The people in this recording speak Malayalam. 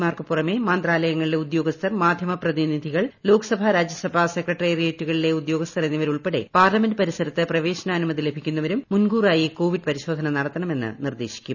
മാർക്കു പുറമെ മന്ത്രാലയങ്ങളിലെ ഉദ്യോഗസ്ഥർ മാധ്യമ പ്രതിനിധികൾ ലോക്സഭ രാജ്യസഭ സെക്രട്ടറിയേറ്റുകളിലെ ഉദ്യോഗസ്ഥർ എന്നിവരുൾപ്പെടെ പാർലമെന്റ് പരിസരത്ത് പ്രവേശനാനുമതി ലഭിക്കുന്നവരും മുൻകൂറായി കോവിഡ് പരിശോധന നടത്തണമെന്ന് നിർദ്ദേശിക്കും